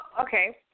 okay